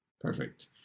Perfect